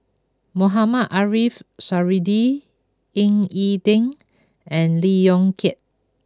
Mohamed Ariff Suradi Ying E Ding and Lee Yong Kiat